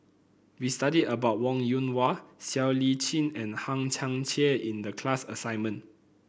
we studied about Wong Yoon Wah Siow Lee Chin and Hang Chang Chieh in the class assignment